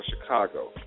Chicago